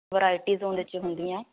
varieties ਉਹਦੇ 'ਚ ਹੁੰਦੀਆਂ